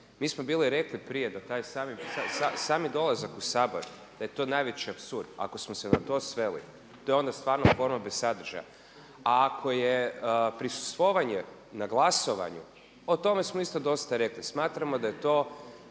Mi smo bili rekli prije da taj sami dolazak u Sabor da je to najveći apsurd, ako smo se na to sveli, to je onda samo forma bez sadržaja. A ako je prisustvovanje na glasovanju o tome smo isto dosta rekli. Smatramo da je to